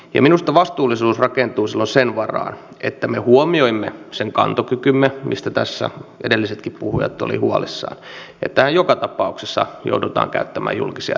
ja minusta vastuullisuus rakentuu silloin sen varaan että me huomioimme sen kantokykymme mistä tässä edellisetkin puhujat olivat huolissaan tähän joka tapauksessa joudutaan käyttämään julkisia resursseja